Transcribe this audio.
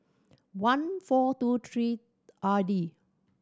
one four two three Ardi